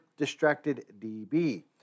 DistractedDB